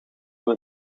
voor